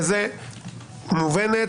היא מובנת.